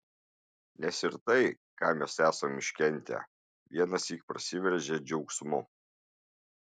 nes ir tai ką mes esam iškentę vienąsyk prasiveržia džiaugsmu